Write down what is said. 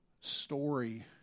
story